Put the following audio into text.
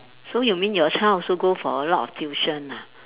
so you mean your child also go for a lot of tuition ah